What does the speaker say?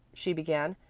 she began,